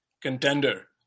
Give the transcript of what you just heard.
contender